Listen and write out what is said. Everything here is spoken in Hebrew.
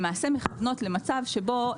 למעשה מכוונות למצב שבו,